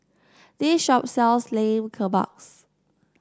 this shop sells Lamb Kebabs